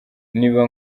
nibiba